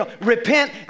Repent